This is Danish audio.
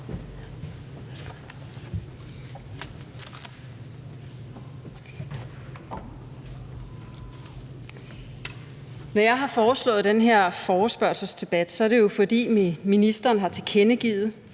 Når jeg har foreslået den her forespørgselsdebat, er det jo, fordi ministeren har tilkendegivet